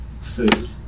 food